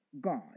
God